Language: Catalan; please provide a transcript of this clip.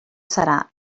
serà